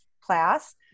class